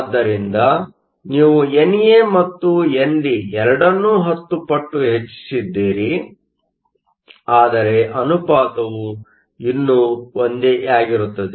ಆದ್ದರಿಂದ ನೀವು NA ಮತ್ತು ND ಎರಡನ್ನೂ 10 ಪಟ್ಟು ಹೆಚ್ಚಿಸಿದ್ದೀರಿ ಆದರೆ ಅನುಪಾತವು ಇನ್ನೂ ಅದೇ ಆಗಿರುತ್ತದೆ